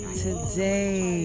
Today